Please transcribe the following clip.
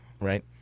right